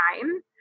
time